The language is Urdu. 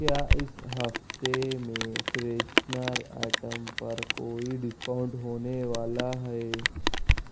کیا اس ہفتے میں فریشنر آئٹم پر کوئی ڈسکاؤنٹ ہونے والا ہے